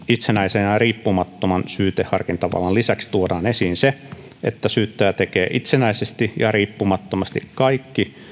itsenäisen riippumattoman syyteharkintavallan lisäksi tuodaan esiin se että syyttäjä tekee itsenäisesti ja riippumattomasti kaikki